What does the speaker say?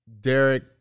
Derek